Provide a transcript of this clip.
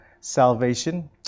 salvation